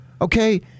okay